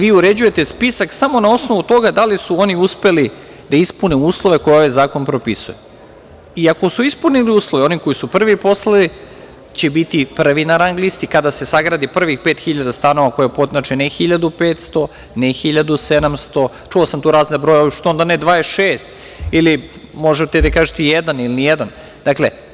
Vi uređujete spisak samo na osnovu toga da li su oni uspeli da ispune uslove koje ovaj zakon propisuje, i ako su ispunili, oni koji su prvi poslali, će biti prvi na rang listi kada se sagradi prvih pet hiljada stanova, znači ne 1500, znači ne 1700, čuo sam tu razne brojeve, što ne 26, ili možete da kažete jeda ili nijedan.